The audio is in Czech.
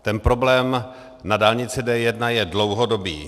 Ten problém na dálnici D1 je dlouhodobý.